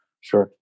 Sure